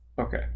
okay